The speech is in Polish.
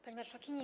Pani Marszałkini!